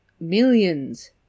millions